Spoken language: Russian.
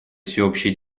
всеобщей